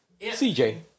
CJ